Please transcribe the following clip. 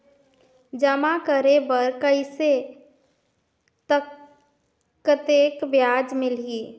जमा करे बर कइसे कतेक ब्याज मिलही?